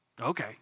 Okay